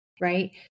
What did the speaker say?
right